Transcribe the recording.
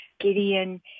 Gideon